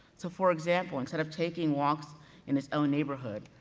so for example, instead of taking walks in his own neighborhood,